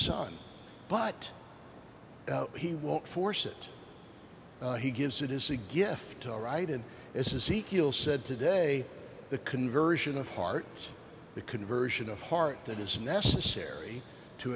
son but he won't force it he gives it is a gift all right and this is equal said today the conversion of hearts the conversion of heart that is necessary to